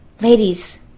Ladies